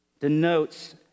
denotes